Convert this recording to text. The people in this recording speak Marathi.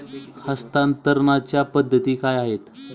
हस्तांतरणाच्या पद्धती काय आहेत?